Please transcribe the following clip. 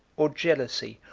or jealousy,